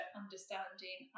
understanding